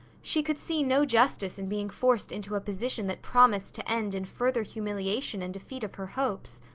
she could see no justice in being forced into a position that promised to end in further humiliation and defeat of her hopes.